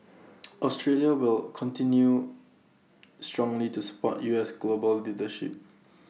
Australia will continue strongly to support U S global leadership